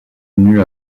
nue